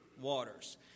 waters